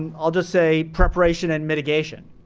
and i'll just say preparation and mitigation.